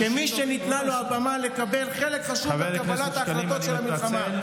כמי שניתנה לו הבמה לקבל חלק חשוב מקבלת ההחלטות של המלחמה?